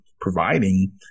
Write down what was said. providing